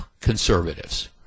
conservatives